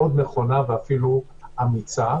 מאוד נכונה ואפילו אמיצה.